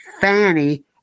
Fanny